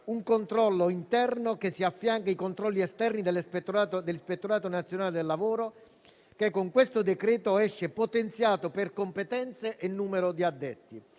un controllo interno che si affianca ai controlli esterni dell'ispettorato nazionale del lavoro che, con questo decreto, esce potenziato per competenze e per numero di addetti.